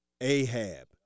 Ahab